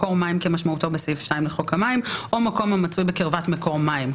מקור מים כמשמעותו לסעיף 2 בחוק המים או מקום המצוי בקרבת מקור מים.